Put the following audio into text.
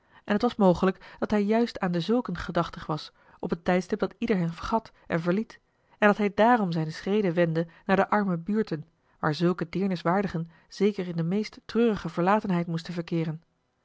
en t was mogelijk dat hij juist aan dezulken gedachtig was op het tijdstip dat ieder hen vergat en verliet en dat hij daarom zijne schreden wendde naar de arme buurten waar zulke deerniswaardigen zeker in de meest treurige verlatenheid moesten verkeeren